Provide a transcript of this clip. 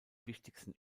wichtigsten